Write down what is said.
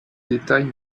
détails